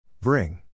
Bring